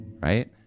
right